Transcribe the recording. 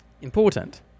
important